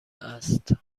است